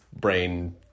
brain